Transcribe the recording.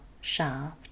shaft